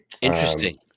Interesting